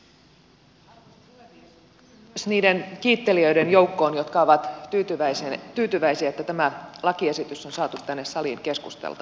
yhdyn myös niiden kiittelijöiden joukkoon jotka ovat tyytyväisiä että tämä lakiesitys on saatu tänne saliin keskusteltavaksi